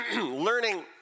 Learning